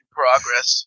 progress